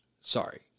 Sorry